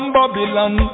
Babylon